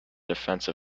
defence